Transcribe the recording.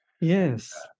yes